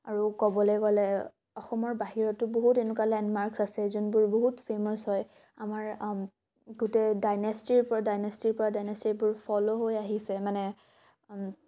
আৰু ক'বলৈ গ'লে অসমৰ বাহিৰতো বহুত এনেকুৱা লেণ্ডমাৰ্কচ আছে যোনবোৰ বহুত ফেমাচ হয় আমাৰ গোটেই ডাইনেচটিৰ পৰা ডাইনেচটিৰ পৰা ডাইনেচিবোৰ ফ'ল' হৈ আহিছে মানে